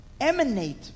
emanate